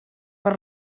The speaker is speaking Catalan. per